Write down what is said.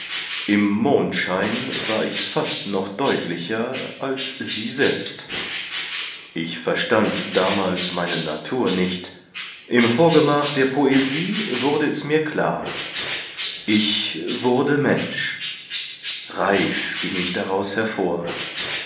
im mondschein war ich fast noch deutlicher als sie selbst ich verstand damals meine natur nicht im vorgemach der poesie wurde es mir klar ich wurde mensch reif ging ich daraus hervor